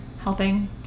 helping